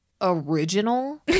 Original